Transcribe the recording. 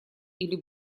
или